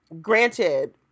granted